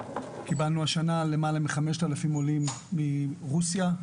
קיבלנו השנה למעלה מ-5,000 עולים מרוסיה,